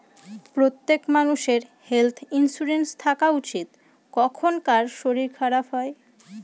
প্রত্যেক মানষের health insurance থাকা উচিত, কখন কার শরীর খারাপ হয়